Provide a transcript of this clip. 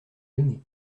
aimé